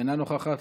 אינה נוכחת.